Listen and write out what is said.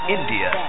India